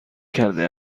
کرده